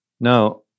Now